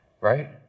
right